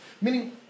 Meaning